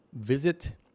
visit